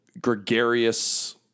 gregarious